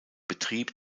betrieb